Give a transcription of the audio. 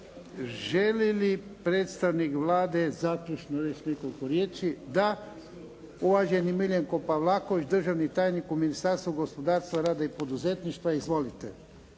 Želi li predstavnik Vlade zaključnu riječ, nekoliko riječi? Da. Uvaženi Miljenko Pavlaković držani tajnik u Ministarstvu gospodarstva, rada i poduzetništva. Izvolite.